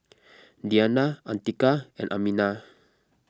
Diyana Atiqah and Aminah